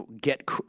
get